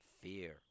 fear